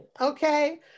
Okay